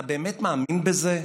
אתה באמת מאמין בזה?